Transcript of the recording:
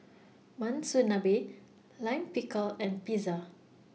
Monsunabe Lime Pickle and Pizza